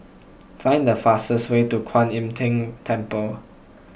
find the fastest way to Kwan Im Tng Temple